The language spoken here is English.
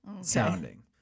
sounding